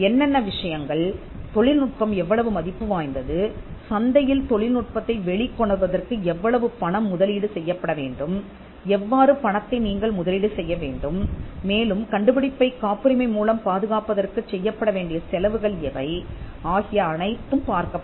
என்னென்ன விஷயங்கள் தொழில்நுட்பம் எவ்வளவு மதிப்பு வாய்ந்தது சந்தையில் தொழில்நுட்பத்தை வெளிக்கொணர்வதற்கு எவ்வளவு பணம் முதலீடு செய்யப்பட வேண்டும் எவ்வளவு பணத்தை நீங்கள் முதலீடு செய்ய வேண்டும் மேலும் கண்டுபிடிப்பைக் காப்புரிமை மூலம் பாதுகாப்பதற்குச் செய்யப்பட வேண்டிய செலவுகள் எவை ஆகிய அனைத்தும் பார்க்கப்படும்